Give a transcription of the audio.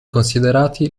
considerati